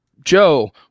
Joe